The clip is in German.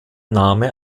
name